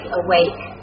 awake